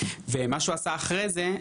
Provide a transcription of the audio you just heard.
ומה שהוא עשה אחרי זה,